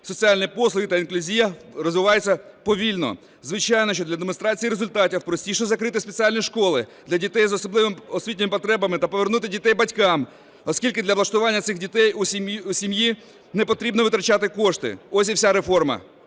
Соціальні послуги та інклюзія розвиваються повільно. Звичайно, що для демонстрації результатів простіше закрити спеціальні школи для дітей з особливими освітніми потребами та повернути дітей батькам, оскільки для влаштування цих дітей в сім'ї не потрібно витрачати кошти – ось і вся реформа